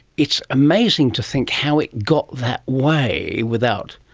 it's amazing to think how it got that way without,